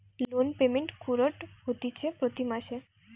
loan payment কুরঢ হতিছে প্রতি মাসে